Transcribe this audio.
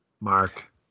Mark